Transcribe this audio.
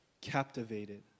captivated